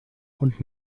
und